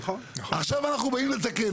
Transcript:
עכשיו אנחנו באים לתקן,